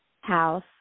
house